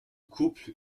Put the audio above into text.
couple